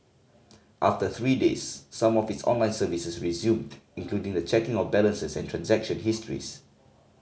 after three days some of its online services resumed including the checking of balances and transaction histories